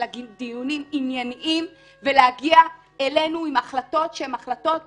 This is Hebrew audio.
אלא דיונים עניינים ולהגיע אלינו עם החלטות שהם החלטות ענייניות.